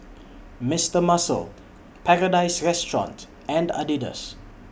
Mister Muscle Paradise Restaurant and Adidas